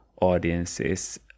audiences